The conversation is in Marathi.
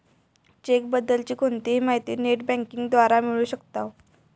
चेक बद्दल ची कोणतीही माहिती नेट बँकिंग द्वारा मिळू शकताव